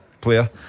player